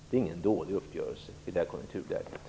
Det är ingen dålig uppgörelse i det här konjunkturläget.